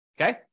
Okay